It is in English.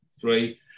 three